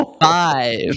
five